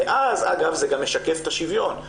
ואז אגב זה גם משקף את השוויון,